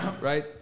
Right